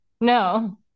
No